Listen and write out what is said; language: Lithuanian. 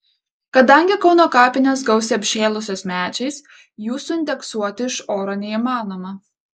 kadangi kauno kapinės gausiai apžėlusios medžiais jų suindeksuoti iš oro neįmanoma